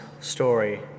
story